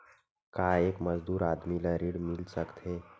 का एक मजदूर आदमी ल ऋण मिल सकथे?